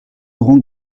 auront